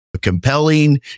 compelling